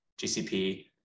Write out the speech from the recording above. gcp